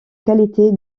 qualité